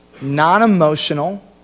non-emotional